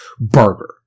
burger